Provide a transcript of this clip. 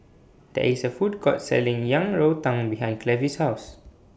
There IS A Food Court Selling Yang Rou Tang behind Clevie's House